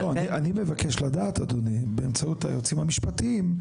אני מבקש לדעת אדוני באמצעות היועצים המשפטיים,